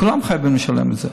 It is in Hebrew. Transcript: כולם חייבים לשלם את זה.